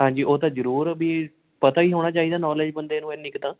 ਹਾਂਜੀ ਉਹ ਤਾਂ ਜ਼ਰੂਰ ਵੀ ਪਤਾ ਹੀ ਹੋਣਾ ਚਾਹੀਦਾ ਨੌਲੇਜ਼ ਬੰਦੇ ਨੂੰ ਇੰਨੀ ਕੁ ਤਾਂ